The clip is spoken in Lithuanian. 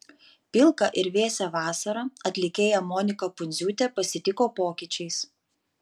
pilką ir vėsią vasarą atlikėja monika pundziūtė pasitiko pokyčiais